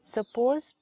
Suppose